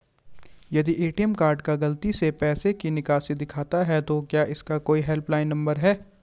यदि ATM card गलती से पैसे की निकासी दिखाता है तो क्या इसका कोई हेल्प लाइन नम्बर है?